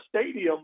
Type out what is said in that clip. Stadium